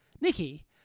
Nikki